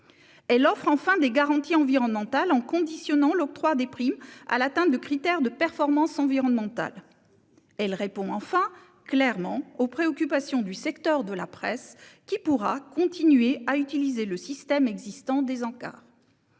Elle offre enfin des garanties environnementales, en conditionnant l'octroi des primes à l'atteinte de critères de performance environnementale. Elle répond enfin clairement aux préoccupations du secteur de la presse, qui pourra continuer à utiliser le système existant des encarts.